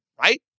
Right